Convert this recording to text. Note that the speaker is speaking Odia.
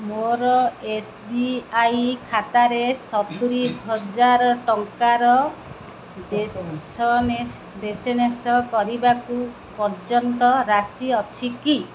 ମୋର ଏସ୍ ବି ଆଇ ଖାତାରେ ସତୁରୀ ହଜାର ଟଙ୍କାର ବିସନେ ବିଜ୍ନେସ କରିବାକୁ ପର୍ଯ୍ୟାପ୍ତ ରାଶି ଅଛି କି